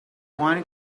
wine